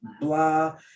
blah